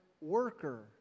worker